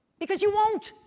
because you won't.